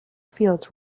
fields